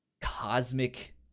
cosmic